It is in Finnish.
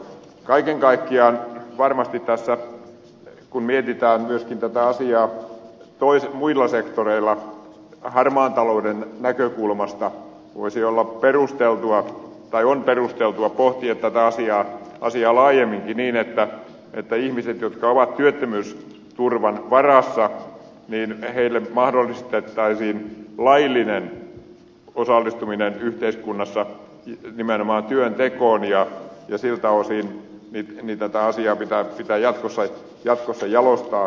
kaiken kaikkiaan varmasti tässä kun mietitään myöskin tätä asiaa muilla sektoreilla harmaan talouden näkökulmasta on perusteltua pohtia tätä asiaa laajemminkin niin että ihmisille jotka ovat työttömyysturvan varassa mahdollistettaisiin laillinen osallistuminen yhteiskunnassa nimenomaan työntekoon ja siltä osin tätä asiaa pitää jatkossa jalostaa